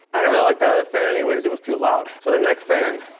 i didn't really like that other fan anyways. it was too loud. so the neck fan.